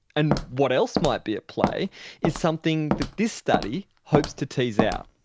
and what else might be at play is something that this study hopes to tease out.